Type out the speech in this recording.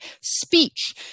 speech